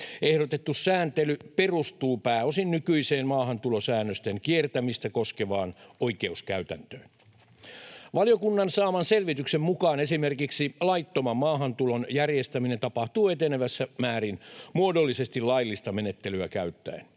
Ehdotettu sääntely perustuu pääosin nykyiseen maahantulosäännösten kiertämistä koskevaan oikeuskäytäntöön. Valiokunnan saaman selvityksen mukaan esimerkiksi laittoman maahantulon järjestäminen tapahtuu etenevissä määrin muodollisesti laillista menettelyä käyttäen.